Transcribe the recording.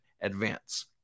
advance